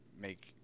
make